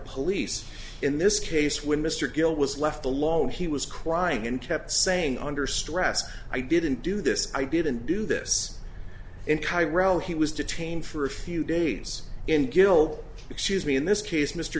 police in this case when mr gill was left alone he was crying and kept saying under stress i didn't do this i didn't do this in cairo he was detained for a few days in gill excuse me in this case mr